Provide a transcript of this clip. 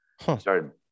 Started